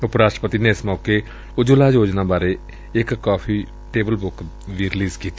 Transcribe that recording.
ਉਪ ਰਾਸ਼ਟਰਪਤੀ ਨੇ ਏਸ ਮੌਕੇ ਉਜਵਲਾ ਯੋਜਨਾ ਬਾਰੇ ਇਕ ਕੌਫੀ ਟੇਬਲ ਬੁੱਕ ਵੀ ਰਲੀਜ਼ ਕੀਤੀ